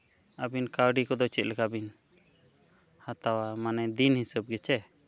ᱟᱹᱵᱤᱱ ᱠᱟᱹᱣᱰᱤ ᱠᱚᱫᱚ ᱪᱮᱫᱞᱮᱠᱟ ᱵᱤᱱ ᱦᱟᱛᱟᱣᱟ ᱢᱟᱱᱮ ᱫᱤᱱ ᱦᱤᱥᱟᱹᱵ ᱜᱮᱥᱮ